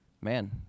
man